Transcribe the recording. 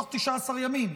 תוך 19 ימים,